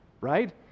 right